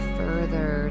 further